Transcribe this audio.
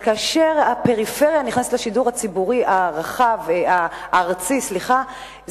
כאשר הפריפריה נכנסת לשידור הארצי הרחב זה